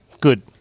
Good